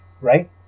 Right